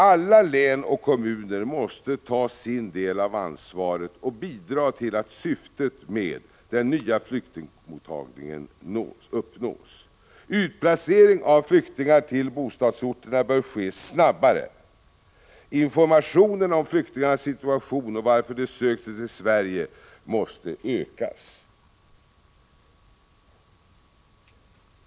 Alla län och kommuner måste ta sin del av ansvaret och bidra till att syftet med den nya flyktingmottagningen uppnås. Utplacering av flyktingar till bostadsorterna bör ske snabbare. Informationen om flyktingarnas situation och varför de sökt sig till Sverige måste ökas.